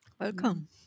Welcome